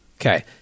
Okay